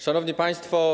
Szanowni Państwo!